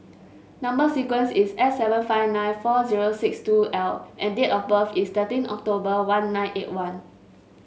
number sequence is S seven five nine four zero six two L and date of birth is thirteen October one nine eight one